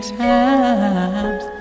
times